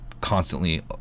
constantly